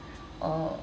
oh